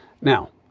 Now